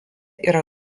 yra